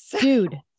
Dude